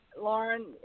Lauren